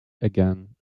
again